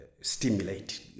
stimulate